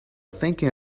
thinking